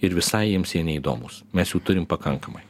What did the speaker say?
ir visai jiems jie neįdomūs mes jų turim pakankamai